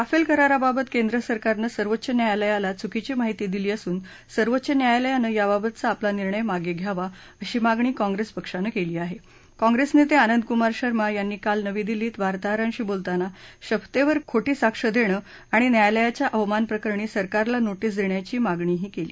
Rafale कराराबाबत केंद्र सरकारनं सर्वोच्च न्यायालयाला चुकीची माहिती दिली असून सर्वोच्च न्यायालयानं याबाबतचा आपला निर्णय माग यावा अशी मागणी काँग्रस्त पक्षानं क्ली आह काँग्रस्त नत्त आनंदकुमार शर्मा यांनी काल नवी दिल्लीत वार्ताहरांशी बोलतांना शपथद्वरु खोटी साक्ष दद्दी आणि न्यायालयाच्या अवमान प्रकरणी सरकारला नोटीस दघ्डाचीही मागणी क्ली